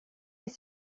les